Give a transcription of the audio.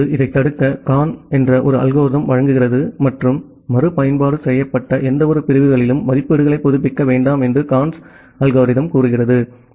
இப்போது இதைத் தடுக்க Karn ஒரு அல்கோரிதம் வழங்குகிறது மற்றும் மறுபயன்பாடு செய்யப்பட்ட எந்தவொரு பிரிவுகளிலும் மதிப்பீடுகளை புதுப்பிக்க வேண்டாம் என்று Karns வழிமுறை கூறுகிறது